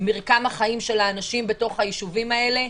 במרקם החיים של האנשים בתוך הישובים האלה.